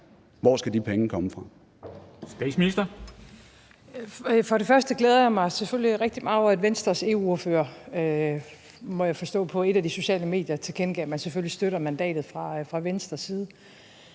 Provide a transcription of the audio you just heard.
Frederiksen): For det første glæder jeg mig selvfølgelig rigtig meget over, at Venstres EU-ordfører, må jeg forstå, på et af de sociale medier tilkendegav, at man selvfølgelig støtter mandatet fra Venstres side.